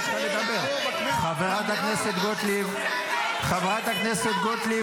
חברת הכנסת גוטליב, חברת הכנסת גוטליב.